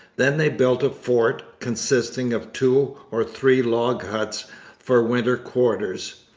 then they built a fort, consisting of two or three log huts for winter quarters,